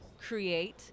create